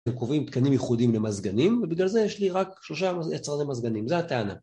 וקובעים תקנים ייחודים למזגנים, ובגלל זה יש לי רק שלושה יצרני למזגנים, זו הטענה